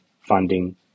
funding